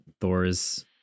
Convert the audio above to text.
Thor's